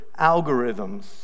algorithms